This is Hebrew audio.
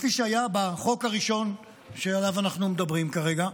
כפי שהיה בחוק הראשון, שעליו אנחנו מדברים כרגע.